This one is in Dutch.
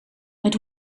moet